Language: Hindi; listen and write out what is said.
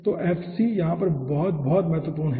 तो fc यहाँ पर बहुत बहुत महत्वपूर्ण है